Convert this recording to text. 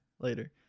later